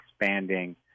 expanding –